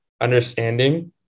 understanding